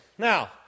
Now